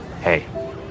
Hey